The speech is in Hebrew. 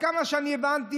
כמה שאני הבנתי,